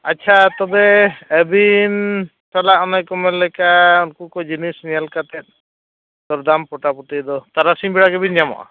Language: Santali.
ᱟᱪᱪᱷᱟ ᱛᱚᱵᱮ ᱟᱹᱵᱤᱱ ᱥᱟᱞᱟᱜ ᱚᱱᱮ ᱠᱚ ᱢᱮᱱ ᱞᱮᱠᱟ ᱩᱱᱠᱩ ᱠᱚ ᱡᱤᱱᱤᱥ ᱧᱮᱞ ᱠᱟᱛᱮᱫ ᱫᱚᱨᱫᱟᱢ ᱯᱚᱴᱟᱯᱩᱴᱤ ᱫᱚ ᱛᱟᱨᱟᱥᱤᱧ ᱵᱮᱲᱟ ᱜᱮᱵᱤᱱ ᱧᱟᱢᱚᱜᱼᱟ